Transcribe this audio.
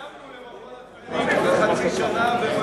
שילמנו למכון התקנים לפני חצי שנה והם